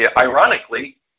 ironically